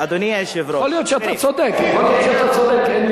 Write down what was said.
יכול להיות שאתה צודק, יכול להיות שאתה צודק.